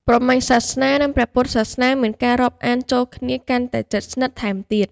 ព្រហ្មញ្ញសាសនា និង ព្រះពុទ្ធសាសនាមានការរាប់អានចូលគ្នាកាន់តែជិតស្និទ្ធថែមទៀត ។